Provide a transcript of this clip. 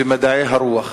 ומדעי הרוח.